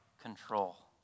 control